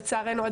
לצערנו,